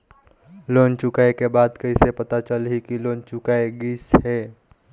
Loan चुकाय के बाद कइसे पता चलही कि लोन चुकाय गिस है?